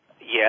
Yes